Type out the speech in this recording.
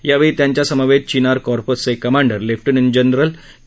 यावेळी त्यांच्या समवेत चिनार कॉर्पस् चे कमांडर लेप्टनंट जनरल के